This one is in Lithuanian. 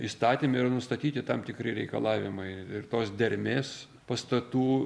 įstatyme yra nustatyti tam tikri reikalavimai ir tos dermės pastatų